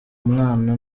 mwana